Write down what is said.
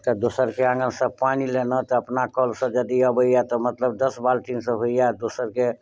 तऽ दोसर के आङन सऽ पानि लेलहुॅं तऽ अपना कल सऽ जदी अबैया तऽ मतलब दस बाल्टीन सऽ होइया दोसरके